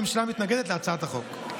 הממשלה מתנגדת להצעת החוק.